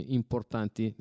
importanti